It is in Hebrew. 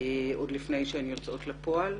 עוד לפני שהם יוצאים לפועל.